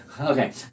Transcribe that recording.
Okay